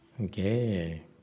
Okay